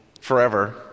forever